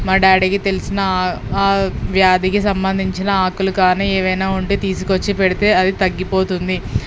మా డాడీకి తెలిసిన ఆ వ్యాధికి సంబంధించిన ఆకులు కానీ ఏమైనా ఉంటే తీసుకుని వచ్చి పెడితే అవి తగ్గిపోతుంది